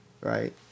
right